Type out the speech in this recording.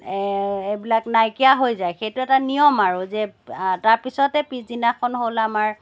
এইবিলাক নাইকিয়া হৈ যায় সেইটো এটা নিয়ম আৰু যে তাৰপিছতে পিছদিনাখন হ'ল আমাৰ